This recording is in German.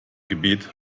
gebiet